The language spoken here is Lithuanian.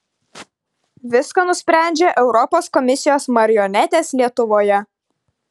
viską nusprendžia europos komisijos marionetės lietuvoje